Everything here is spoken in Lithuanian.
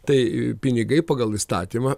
tai pinigai pagal įstatymą